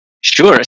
Sure